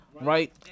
right